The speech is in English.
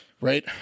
Right